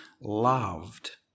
loved